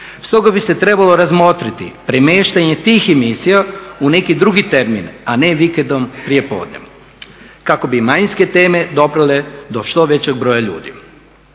Stoga bi se trebalo razmotriti premještanje tih emisija u neki drugi termin, a ne vikendom prijepodne kako bi manjinske teme doprijele do što većeg broja ljudi.